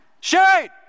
Shade